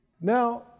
Now